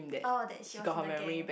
oh that she was in the gang